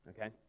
okay